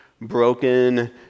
broken